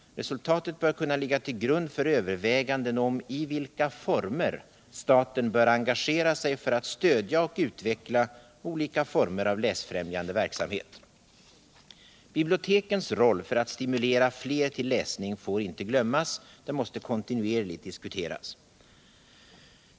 Resultatet bör kunna ligga till grund för överväganden om i vilka former staten bör engagera sig för alt stödja och utveckla olika slag av läsfrämjande verksamheter. Bibliotekens roll för att stimulera fler till läsning får inte glömmas. Den måste kontinuerligt diskuteras.